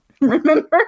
Remember